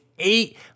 eight